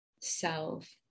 self